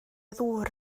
ddŵr